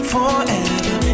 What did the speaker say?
Forever